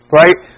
right